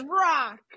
rock